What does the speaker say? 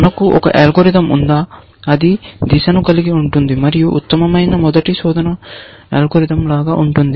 మనకు ఒక అల్గోరిథం ఉందా అది దిశను కలిగి ఉంటుంది మరియు ఉత్తమమైన మొదటి శోధన అల్గోరిథం లాగా ఉంటుంది